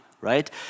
right